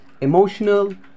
emotional